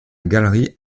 galerie